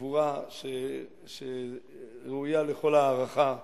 ובגבורה שראויה לכל הערכה.